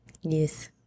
Yes